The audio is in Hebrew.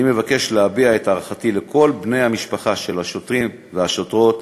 אני מבקש להביע את הערכתי לכל בני המשפחה של השוטרים והשוטרות,